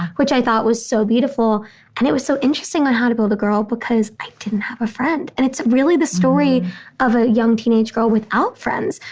which i thought was so beautiful and it was so interesting on how to build a girl because i didn't have a friend. and it's really the story of a young teenage girl without friends,